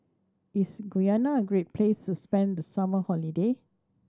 is Guyana a great place to spend the summer holiday